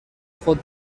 خود